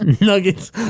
Nuggets